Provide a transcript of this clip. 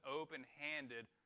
open-handed